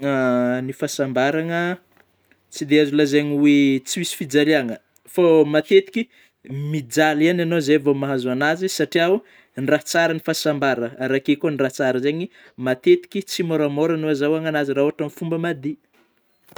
ny fahasambaragna tsy dia azo lazaina oe tsy misy fijaliana, fô matetiky mijaly ihany ianao zay vao mahazo an'azy satrià oh, ny raha tsara ny fahasambara; ary akeo koa ny raha tsara zeigny matetiky tsy môramôra no azahoana an'azy raha ôhatra amin'ny fomba madiy.